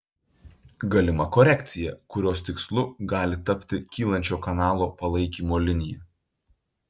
galima korekcija kurios tikslu gali tapti kylančio kanalo palaikymo linija